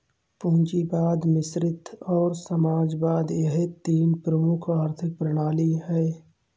पूंजीवाद मिश्रित और समाजवाद यह तीन प्रमुख आर्थिक प्रणाली है